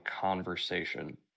conversation